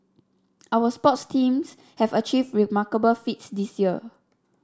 our sports teams have achieved remarkable feats this year